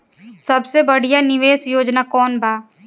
सबसे बढ़िया निवेश योजना कौन बा?